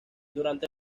durante